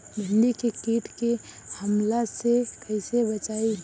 भींडी के कीट के हमला से कइसे बचाई?